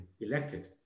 elected